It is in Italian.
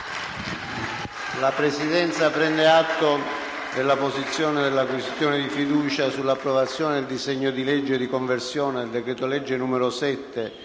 La Presidenza prende atto dell'apposizione della questione di fiducia sull'approvazione del disegno di legge di conversione del decreto-legge n. 7,